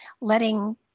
letting